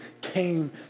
came